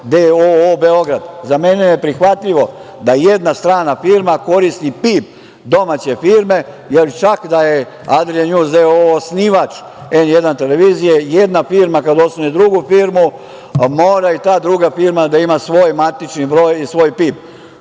Beograd. Za mene je neprihvatljivo da jedna strana firma koristi PIB domaće firme, jer čak da je Adria njuz d.o.o. osnivač N1 televizije, jedna firma kada osnuje drugu firmu, mora i ta druga firma da ima svoj matični broj i svoj PIB.